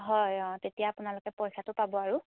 হয় অঁ তেতিয়া আপোনালোকে পইচাটো পাব আৰু